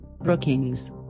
Brookings